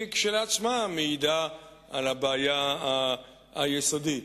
היא כשלעצמה מעידה על הבעיה היסודית,